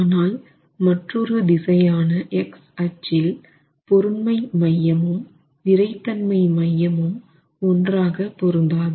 ஆனால் மற்றொரு திசையான X அச்சில் பொருண்மை மையமும் விறைத்தன்மை மையமும் ஒன்றாக பொருந்தாது